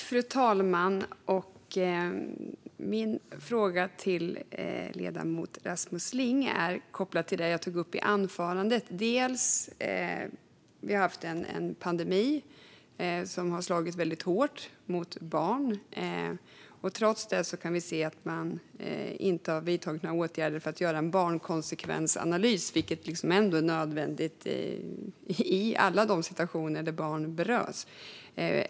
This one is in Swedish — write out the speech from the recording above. Fru talman! Min fråga till ledamoten Rasmus Ling är kopplad till något jag tog upp i mitt huvudanförande. Vi har haft en pandemi som har slagit väldigt hårt mot barn. Trots det har man inte vidtagit några åtgärder för att göra en barnkonsekvensanalys, vilket är nödvändigt i alla situationer där barn berörs.